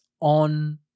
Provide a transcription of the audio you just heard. on